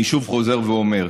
אני חוזר ואומר: